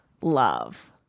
love